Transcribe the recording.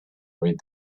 read